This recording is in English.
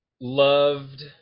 loved